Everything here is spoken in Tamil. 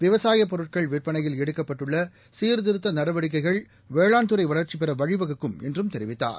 விவசாப் பொருட்கள் விற்பனையில் எடுக்கப்பட்டுள்ள சீர்திருத்த நடவடிக்கைகள் வேளாண் துறை வளர்ச்சி பெற வழிவகுக்கும் என்றும் தெரிவித்தார்